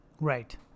Right